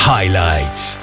Highlights